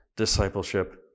discipleship